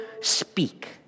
speak